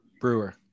Brewer